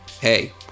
hey